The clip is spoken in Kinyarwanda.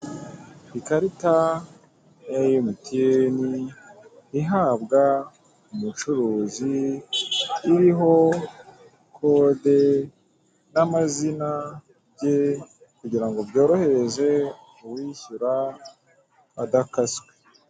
Ikarita ya MTN ihabwa umucuruzi iriho kode n'amazina bye kugira ngo byorohereze uwishyura adakaswe.